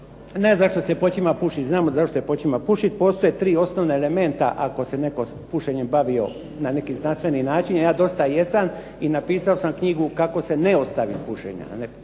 Ne zašto se počima pušiti, znamo zašto se počima pušiti. Postoje tri osnovna elementa ako se netko pušenjem bavio na neki znanstveni način. Ja dosta jesam i napisao sam knjigu kako se ne ostaviti pušenja,